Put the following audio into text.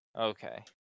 Okay